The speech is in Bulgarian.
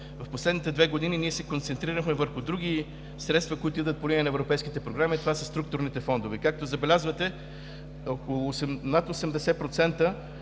в последните две години ние се концентрирахме върху други средства, които идват по линия на европейските програми от структурните фондове. Както забелязвате над 80%